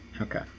Okay